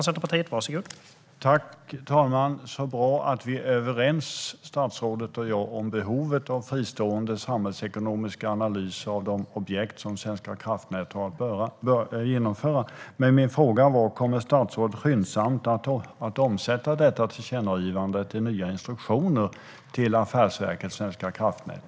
Herr talman! Det är bra att vi är överens, statsrådet och jag, om behovet av fristående samhällsekonomisk analys av de projekt som Svenska kraftnät har att genomföra. Men min fråga var: Kommer statsrådet skyndsamt att omsätta detta tillkännagivande i nya instruktioner till Affärsverket svenska kraftnät?